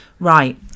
Right